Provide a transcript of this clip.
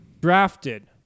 drafted